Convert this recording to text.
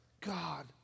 God